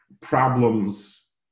problems